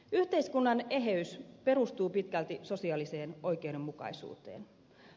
yhteiskunnan eheys perustuu pitkälti sosiaaliseen oikeudenmukaisuuteen